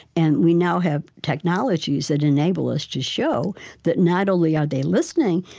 and we now have technologies that enable us to show that not only are they listening,